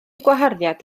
gwaharddiad